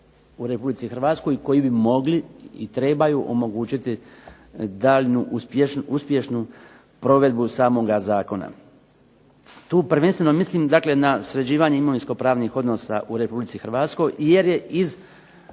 u Republici Hrvatskoj koji bi mogli i trebaju omogućiti daljnju uspješnu provedbu samoga zakona. Tu prvenstveno mislim, dakle na sređivanje imovinsko-pravnih odnosa u Republici Hrvatskoj i jer je iz